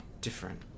different